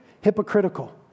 hypocritical